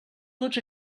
tots